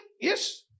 Yes